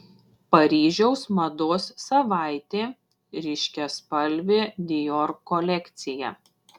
paryžiaus mados savaitė ryškiaspalvė dior kolekcija